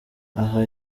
aha